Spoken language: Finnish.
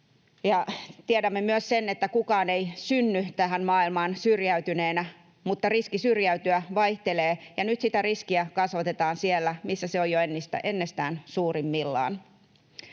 Tiedämme myös sen, että kukaan ei synny tähän maailmaan syrjäytyneenä, mutta riski syrjäytyä vaihtelee, ja nyt sitä riskiä kasvatetaan siellä, missä se on jo ennestään suurimmillaan.